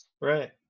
Right